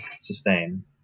sustain